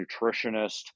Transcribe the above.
nutritionist